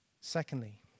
Secondly